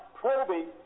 probing